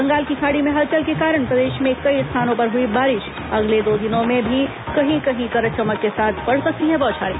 बंगाल की खाड़ी में हलचल के कारण प्रदेश में कई स्थानों पर हुई बारिश र ै अगले दो दिनों में भी कहीं कहीं गरज चमक के साथ पड़ सकती हैं बौछारें